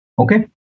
Okay